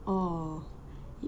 oh